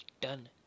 done